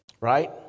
right